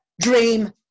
dream